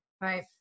right